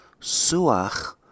suach